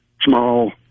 small